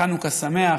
חנוכה שמח.